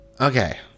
Okay